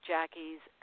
Jackie's